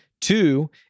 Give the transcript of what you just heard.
Two